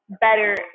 better